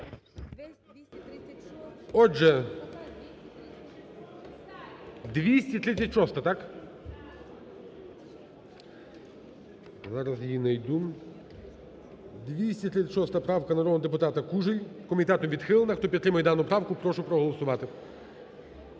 Отже, 236-а, так? Зараз її найду. 236 правка народного депутата Кужель комітетом відхилена. Хто підтримує дану правку, прошу проголосувати.